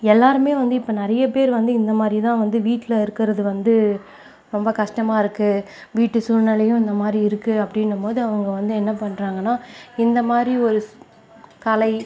எல்லோருமே வந்து இப்போ நிறைய பேர் இந்தமாதிரி தான் வந்து வீட்டில் இருக்கிறது வந்து ரொம்ப கஷ்டமாக இருக்குது வீட்டு சூழ்நிலையும் இந்தமாதிரி இருக்குது அப்படின்னும்போது அவங்க வந்து என்ன பண்றாங்கனால் இந்தமாதிரி ஒரு கலை